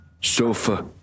sofa